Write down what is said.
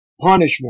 Punishment